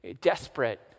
desperate